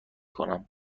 کنم